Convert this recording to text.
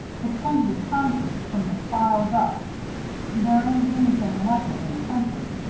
it's going to be concrete, from the spiles up there ain't anything like it in the country.